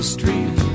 Street